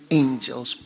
angels